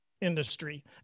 industry